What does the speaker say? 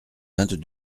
vingt